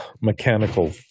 mechanical